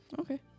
Okay